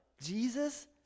Jesus